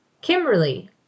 Kimberly